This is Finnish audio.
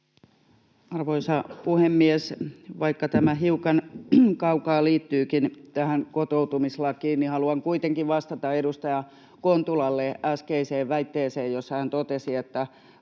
Arvoisa puhemies! Vaikka tämä hiukan kaukaa liittyykin tähän kotoutumislakiin, niin haluan kuitenkin vastata edustaja Kontulalle äskeiseen väitteeseen, jossa hän totesi, että